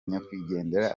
nyakwigendera